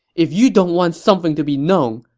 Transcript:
if you don't want something to be known,